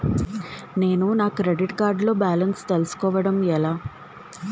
నేను నా credit card లో బాలన్స్ తెలుసుకోవడం ఎలా?